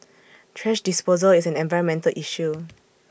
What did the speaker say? thrash disposal is an environmental issue